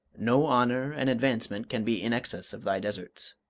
no honour and advancement can be in excess of thy deserts,